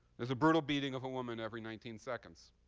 there's a brutal beating of a woman every nineteen seconds,